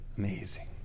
amazing